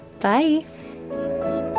Bye